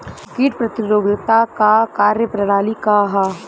कीट प्रतिरोधकता क कार्य प्रणाली का ह?